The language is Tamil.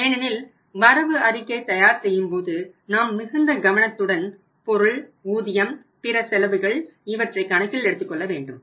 ஏனெனில் வரவு அறிக்கை தயார் செய்யும்போது நாம் மிகுந்த கவனத்துடன் பொருள் ஊதியம் பிற செலவுகள் இவற்றைக் கணக்கில் எடுத்துக் கொள்ள வேண்டும்